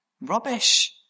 rubbish